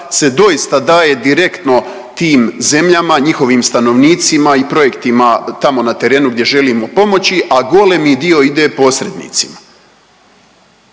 se doista daje direktno tim zemljama, njihovim stanovnicima i projektima tamo na terenu gdje želimo pomoći, a golemi dio ide posrednicima